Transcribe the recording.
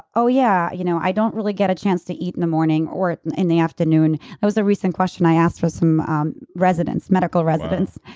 oh yeah, you know i don't really get a chance to eat in the morning or in the afternoon. that was a recent question i asked for some um residents, medical residents.